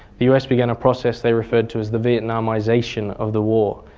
the us began a process they referred to as the vietnamisation of the war.